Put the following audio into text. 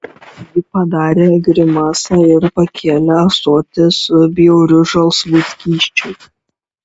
ji padarė grimasą ir pakėlė ąsotį su bjauriu žalsvu skysčiu